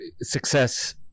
success